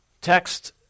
text